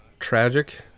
tragic